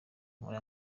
muri